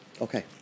Okay